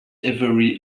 every